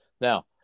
Now